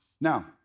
Now